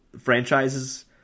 franchises